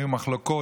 היו מחלוקות,